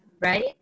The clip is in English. right